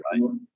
right